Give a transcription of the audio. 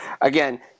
again